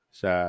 sa